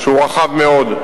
שהוא רחב מאוד,